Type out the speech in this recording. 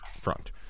front